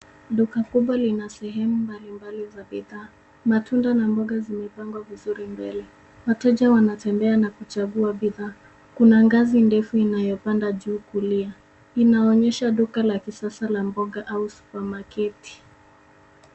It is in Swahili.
Duka kubwa lina sehemu mbalimbali za bidhaa. Matunda na mboga zimepangwa vizuri mbele. Wateja wanatembea na kuchagua bidhaa. Kuna ngazi ndefu inayopanda juu kulia. Inaonyesha duka la kisasa la mboga au supamaketi.